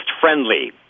friendly